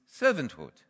servanthood